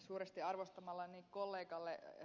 suuresti arvostamalleni kollegalle ed